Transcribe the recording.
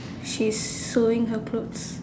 she's sewing her clothes